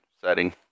setting